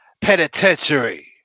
Penitentiary